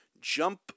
jump